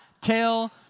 tell